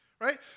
right